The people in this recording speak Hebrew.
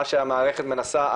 מה שהמערכת מנסה,